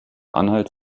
anhalt